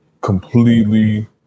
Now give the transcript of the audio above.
completely